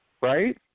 right